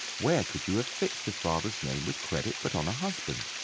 where could you have fixed a father's name with credit but on a husband?